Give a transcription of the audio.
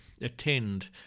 attend